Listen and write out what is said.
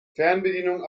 fernbedienung